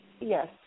Yes